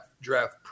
draft